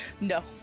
No